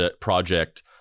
project